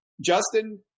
Justin